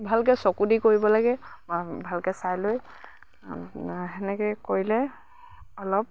ভালকৈ চকু দি কৰিব লাগে ভালকৈ চাই লৈ সেনেকৈয়ে কৰিলে অলপ